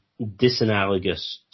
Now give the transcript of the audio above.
disanalogous